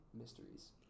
mysteries